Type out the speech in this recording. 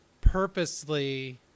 purposely